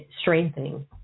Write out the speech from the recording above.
strengthening